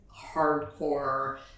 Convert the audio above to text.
hardcore